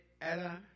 Ella